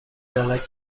دارد